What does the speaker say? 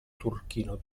turchino